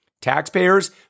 Taxpayers